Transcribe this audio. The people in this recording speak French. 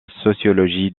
sociologie